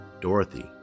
Dorothy